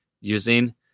using